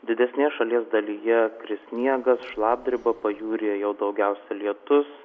didesnėje šalies dalyje kris sniegas šlapdriba pajūryje jau daugiausia lietus